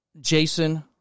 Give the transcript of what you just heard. Jason